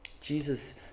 Jesus